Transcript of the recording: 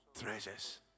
treasures